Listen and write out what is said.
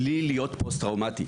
בלי להיות פוסט-טראומטי.